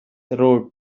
road